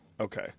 Okay